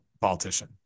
politician